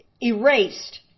erased